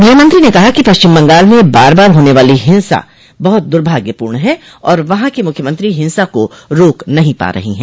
गृहमंत्री ने कहा कि पश्चिम बंगाल में बार बार होने वाली हिंसा बहुत दुर्भाग्यपूर्ण है और वहां की मुख्यमंत्री हिंसा को रोक नहीं पा रही हैं